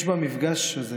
יש במפגש הזה,